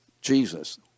Jesus